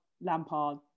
Lampard